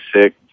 sick